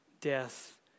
death